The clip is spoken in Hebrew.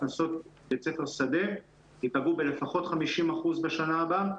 הכנסות בית ספר "שדה" יפגעו בלפחות 50% בשנה הבאה,